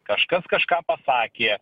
kažkas kažką pasakė